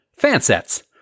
Fansets